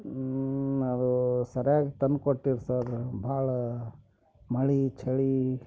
ಅದು ಸರಿಯಾಗಿ ತಂದು ಕೊಟ್ಟಿರಿ ಸರ್ ಭಾಳ ಮಳೆ ಚಳಿ